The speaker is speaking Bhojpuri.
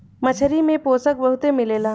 मछरी में पोषक बहुते मिलेला